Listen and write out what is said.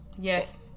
Yes